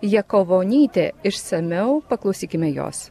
jakavonytė išsamiau paklausykime jos